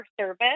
service